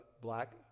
black